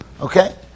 Okay